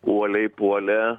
uoliai puolė